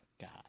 God